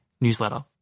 newsletter